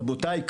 רבותיי,